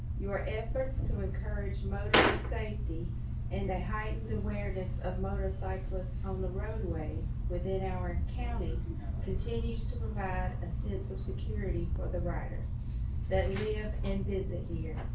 your efforts to encourage motorist safety and the heightened awareness of motorcyclists on the roadways within our county continues to provide a sense of security for the riders that live in visit here.